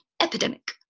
epidemic